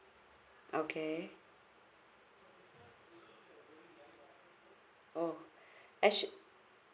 okay oh as she